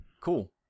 cool